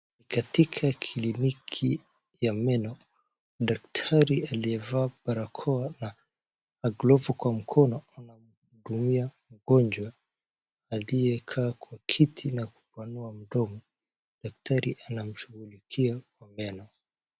Katika kliniki ya meno daktari aliyevaa barakoa na glovu kwa mkono anamhudumia mgonjwa aliyekaa kwa kiti na kupanua mdomo, daktari anamshughulikia kwa meno.